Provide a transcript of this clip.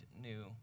new